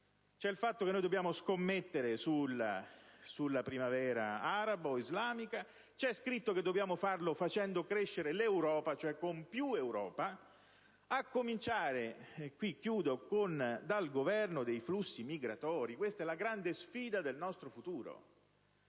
È tutto scritto: dobbiamo scommettere sulla primavera arabo-islamica, e dobbiamo farlo facendo crescere l'Europa , cioè con più Europa, a cominciare - e qui concludo - dal governo dei flussi migratori. Questa è la grande sfida del nostro futuro.